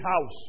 house